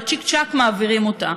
בצ'יק צ'ק מעבירים אותה.